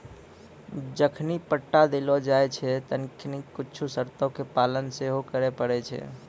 जखनि पट्टा देलो जाय छै तखनि कुछु शर्तो के पालन सेहो करै पड़ै छै